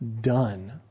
done